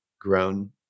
grown